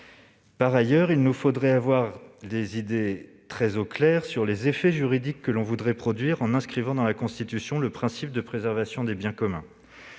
Par ailleurs, il nous faudrait avoir les idées très claires sur les effets juridiques que l'on voudrait produire en inscrivant dans la Constitution le principe de préservation des « biens communs